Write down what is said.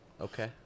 Okay